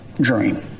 dream